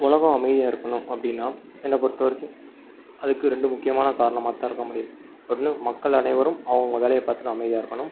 உலகம் அமைதியாக இருக்கணும் அப்படின்னா என்னை பொறுத்தவரைக்கும் அதுக்கு ரெண்டு முக்கியமான காரணமாக தான் இருக்க முடியும் ஒன்று மக்கள் அனைவரும் அவங்கவுங்க வேலையை பார்த்துன்னு அமைதியாக இருக்கணும்